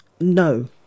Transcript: no